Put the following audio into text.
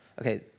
Okay